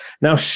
Now